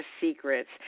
Secrets